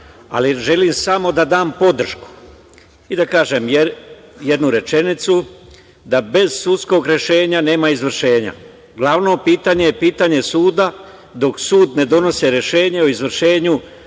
ali želim samo da dam podršku i da kažem jednu rečenicu da bez sudskog rešenja nema izvršenja. Glavno pitanje je pitanje suda, dok sud ne donosi rešenje o izvršenju